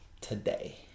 today